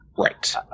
Right